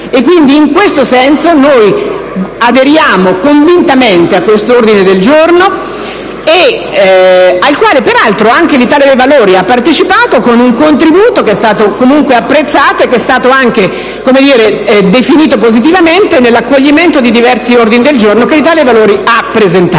in questo senso noi aderiamo convintamente all'ordine del giorno G100, al quale peraltro anche l'Italia dei Valori ha partecipato con un contributo che è stato comunque apprezzato e definito positivamente nell'accoglimento di diversi ordini del giorno da essa presentati.